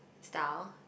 style